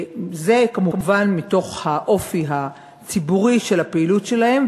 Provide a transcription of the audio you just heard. זה מתוך האופי הציבורי של הפעילות שלהם,